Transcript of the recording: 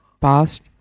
past